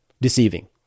deceiving